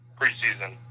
preseason